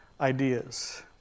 ideas